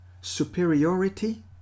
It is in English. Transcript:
superiority